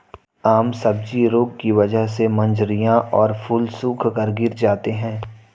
आम सब्जी रोग की वजह से मंजरियां और फूल सूखकर गिर जाते हैं